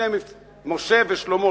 ו"מבצע משה"; משה ושלמה,